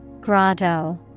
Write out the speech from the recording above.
grotto